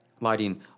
lighting